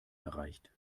erreicht